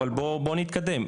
אבל אבל בוא נתקדם,